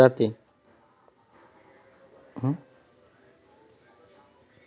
सौर ऊर्जा सूर्यापासून मिळणारी ऊर्जा आहे, जी विद्युत ऊर्जेमध्ये परिवर्तित होऊन जाते